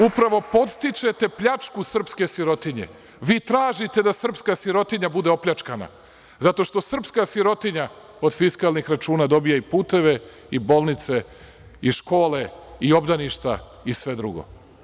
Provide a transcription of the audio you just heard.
Upravo podstičete pljačku srpske sirotinje, vi tražite da srpska sirotinja bude opljačkana, zato što srpska sirotinja od fiskalnih računa dobija i puteve, i bolnice, i škole, i obdaništa, i sve drugo.